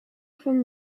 from